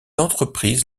entreprise